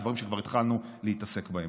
דברים שכבר התחלנו להתעסק בהם,